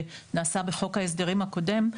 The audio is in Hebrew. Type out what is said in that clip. שנעשה בחוק ההסדרים הקודם,